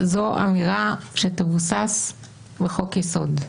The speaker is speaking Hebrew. זו אמירה שתבוסס בחוק יסוד.